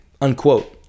Unquote